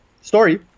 story